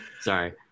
sorry